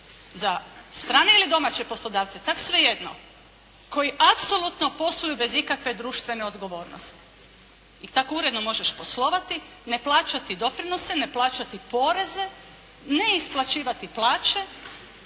za strane ili domaće poslodavce, tako svejedno koji apsolutno posluju bez ikakve društvene odgovornosti i tako uredno možeš poslovati, ne plaćati doprinose, ne plaćati poreze, ne isplaćivati plaće,